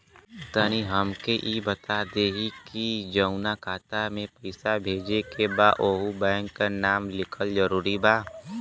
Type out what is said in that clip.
तनि हमके ई बता देही की जऊना खाता मे पैसा भेजे के बा ओहुँ बैंक के नाम लिखल जरूरी बा?